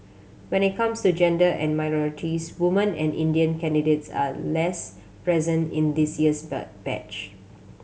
when it comes to gender and minorities woman and Indian candidates are less present in this year's batch